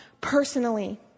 personally